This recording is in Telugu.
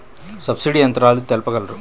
సబ్సిడీ యంత్రాలు తెలుపగలరు?